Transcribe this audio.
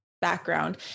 background